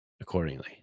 Accordingly